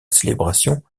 célébration